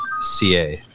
CA